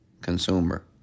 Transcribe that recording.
Consumer